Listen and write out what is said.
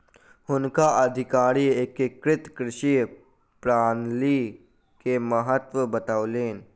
हुनका अधिकारी एकीकृत कृषि प्रणाली के महत्त्व बतौलैन